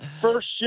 first